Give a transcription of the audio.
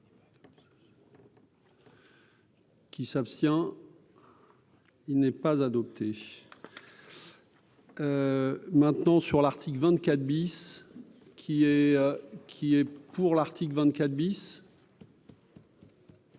Qui s'abstient, il n'est pas adopté. Maintenant, sur l'article 24 bis qui est, qui est pour l'article 24 bis.